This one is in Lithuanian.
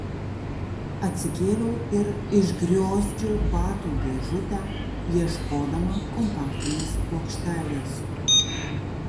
atsikėliau ir išgriozdžiau batų dėžutę ieškodama kompaktinės plokštelės